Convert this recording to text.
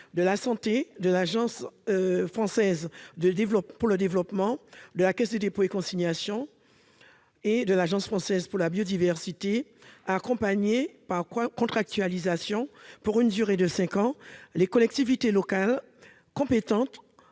de la santé, l'Agence française de développement, la Caisse des dépôts et consignations et l'Agence française pour la biodiversité, à accompagner par contractualisation, sur une durée de cinq ans, les collectivités locales compétentes